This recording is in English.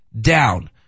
down